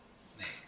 snakes